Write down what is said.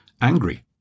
angry